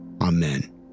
amen